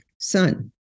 son